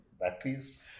batteries